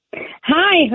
Hi